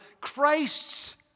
Christ's